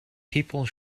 people